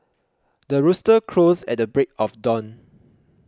the rooster crows at the break of dawn